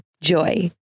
JOY